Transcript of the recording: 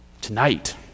Tonight